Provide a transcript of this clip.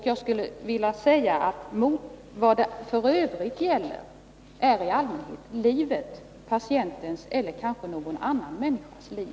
Jag skulle vilja säga att det här i övrigt i stället kan gälla patientens eller någon annan människas liv.